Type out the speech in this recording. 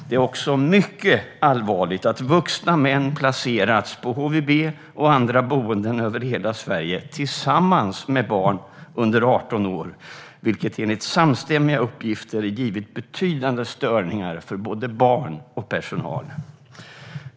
Det är också mycket allvarligt att vuxna män placerats på HVB-hem och andra boenden över hela Sverige tillsammans med barn under 18 år, vilket enligt samstämmiga uppgifter givit betydande störningar för både barn och personal.